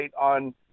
on